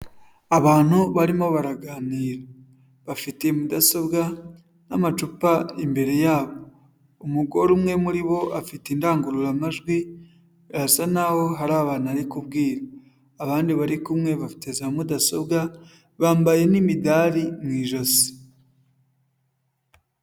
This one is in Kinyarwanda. Abantu barimo baraganira, bafite mudasobwa n'amacupa imbere yabo, umugore umwe muri bo afite indangururamajwi, birasa naho hari abantu bari kubwira, abandi bari kumwe bafite za mudasobwa, bambaye n'imidari mu ijosi.